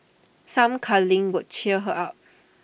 some cuddling could cheer her up